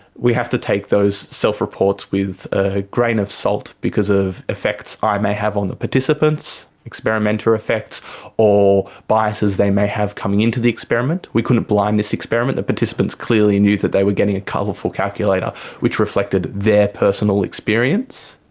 we have to take those self-reports with a grain of salt because of effects i may have on the participants experimenter effects or biases they may have coming in to the experiment. we couldn't blind this experiment, the participants clearly knew that they were getting a colourful calculator which reflected their personal experience.